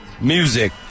music